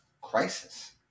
crisis